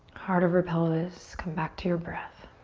heart over pelvis. come back to your breath.